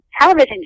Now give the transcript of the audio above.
television